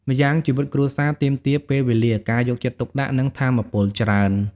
ម្យ៉ាងជីវិតគ្រួសារទាមទារពេលវេលា ការយកចិត្តទុកដាក់ និងថាមពលច្រើន។